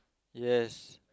yes